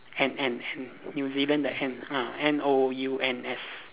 N N N New-Zealand the N ah N O U N S